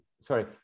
Sorry